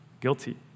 guilty